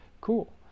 cool